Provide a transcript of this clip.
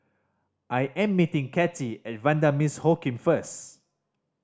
I am meeting Cathi at Vanda Miss Joaquim first